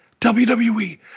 WWE